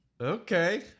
okay